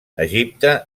egipte